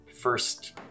first